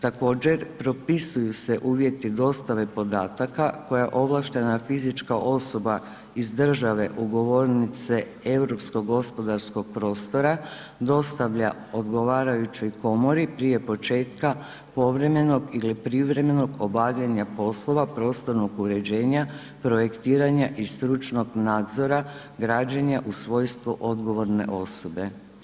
Također propisuju se uvjeti dostave podataka koje ovlaštena fizička osoba iz države ugovornice Europskog gospodarskog prostora dostavlja odgovarajuću i komori prije početka povremenog ili povremenog obavljanja poslova prostornog uređenja, projektiranja i stručnog nadzora građenja u svojstvu odgovorne osobe.